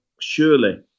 surely